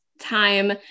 time